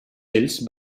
ells